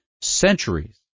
centuries